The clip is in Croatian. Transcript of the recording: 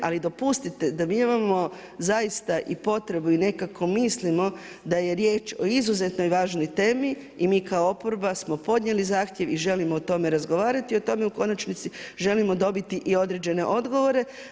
Ali dopustite da mi imamo zaista i potrebu i nekako mislimo da je riječ o izuzetno važnoj temi i mi kao oporba smo podnijeli zahtjev i želimo o tome razgovarati i o tome u konačnici želimo dobiti i određene odgovore.